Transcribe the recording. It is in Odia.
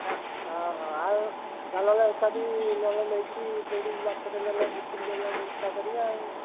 ହଁ ହଁ ହଁ ଆଉ ଚାଲ ନହେଲେ ଏକାଠି ନହେଲେ ନେଇକି କୋଉଠି ମାର୍କେଟ୍ରେ ନହେଲେ ବିକ୍ରି କରିବା ବ୍ୟବସ୍ଥା କରିିବା ଆଉ